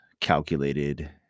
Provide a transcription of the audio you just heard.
calculated